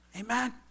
Amen